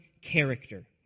character